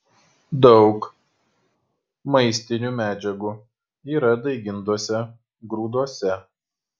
daug maistinių medžiagų yra daigintuose grūduose